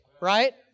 right